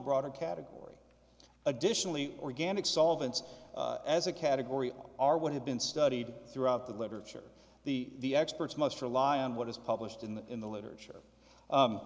broader category additionally organic solvents as a category are would have been studied throughout the literature the experts must rely on what is published in the in the literature